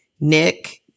Nick